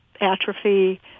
atrophy